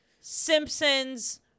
Simpsons